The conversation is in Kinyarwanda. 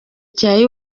cya